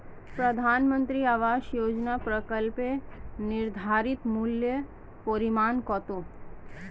প্রধানমন্ত্রী আবাস যোজনার প্রকল্পের নির্ধারিত মূল্যে পরিমাণ কত?